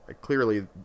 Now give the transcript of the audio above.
clearly